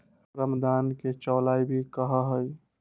रामदाना के चौलाई भी कहा हई